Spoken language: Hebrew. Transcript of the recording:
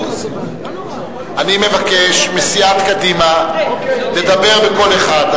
אני מבקש מסיעת קדימה לדבר בקול אחד,